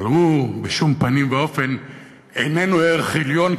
אבל הוא בשום פנים ואופן איננו ערך עליון.